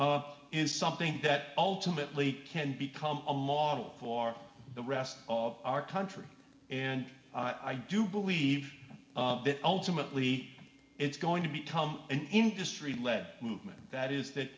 of is something that ultimately can become a model for the rest of our country and i do believe that ultimately it's going to become an industry led movement that is that